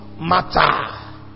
matter